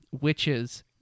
Witches